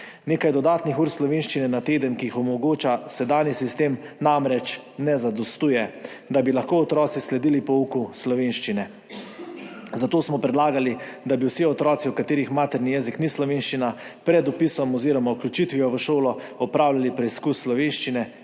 Nekaj dodatnih ur slovenščine na teden, ki jih omogoča sedanji sistem, namreč ne zadostuje, da bi lahko otroci sledili pouku slovenščine. Zato smo predlagali, da bi vsi otroci, katerih materni jezik ni slovenščina pred vpisom oziroma vključitvijo v šolo opravljali preizkus slovenščine